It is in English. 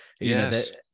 Yes